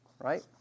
right